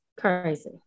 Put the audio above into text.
Crazy